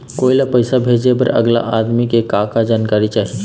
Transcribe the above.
कोई ला पैसा भेजे बर अगला आदमी के का का जानकारी चाही?